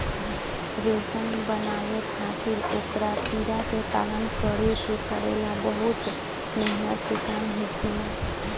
रेशम बनावे खातिर ओकरा कीड़ा के पालन करे के पड़ेला बहुत मेहनत के काम होखेला